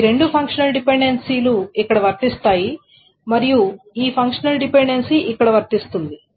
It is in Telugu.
ఈ రెండు ఫంక్షనల్ డిపెండెన్సీలు ఇక్కడ వర్తిస్తాయి మరియు ఈ ఫంక్షనల్ డిపెండెన్సీ ఇక్కడ వర్తిస్తుంది